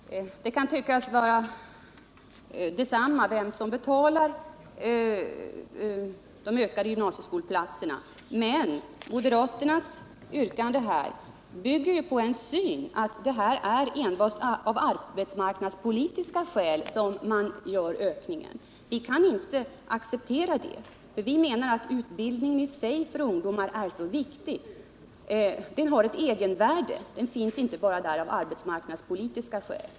Herr talman! Det kan tyckas göra detsamma vilket anslag som står för kostnaderna för det ökade antalet gymnasieskoleplatser, men moderaternas yrkande tycks bygga på synen att det enbart är av arbetsmarknadspolitiska skäl som man gör ökningen. Vi kan inte acceptera det. Vi menar att utbildningen i sig för ungdomar är viktig. Den har ett egenvärde. Den finns inte där bara av arbetsmarknadspolitiska skäl.